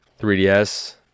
3DS